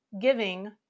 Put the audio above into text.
giving